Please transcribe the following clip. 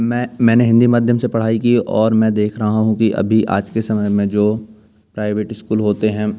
मैं मैंने हिन्दी माध्यम से पढ़ाई की है और मैं देख रहा हूँ कि अभी आज के समय में जो प्राइवेट इस्कूल होते हैं